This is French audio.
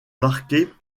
marqués